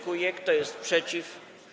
Kto jest przeciw?